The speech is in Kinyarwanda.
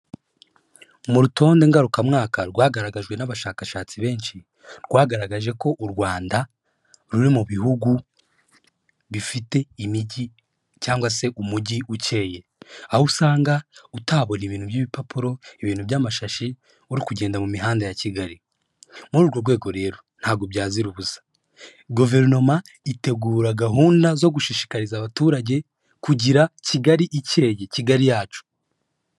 Mu rutonde ngarukamwaka rwagaragajwe n'abashakashatsi benshi, rwagaragaje ko u Rwanda ruri mu bihugu bifite imijyi cyangwa se umujyi ukeye, aho usanga utabona ibintu by'ibipapuro, ibintu by'amashashi uri kugenda mu mihanda ya Kigali, muri urwo rwego rero ntabwo byazira ubusa, guverinoma itegura gahunda zo gushishikariza abaturage kugira Kigali icyeye Kigali yacu.